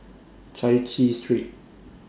Chai Chee Street